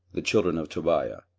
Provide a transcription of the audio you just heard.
the children of tobiah,